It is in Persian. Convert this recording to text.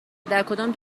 درکدام